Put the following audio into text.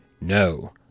No